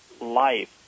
life